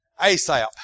ASAP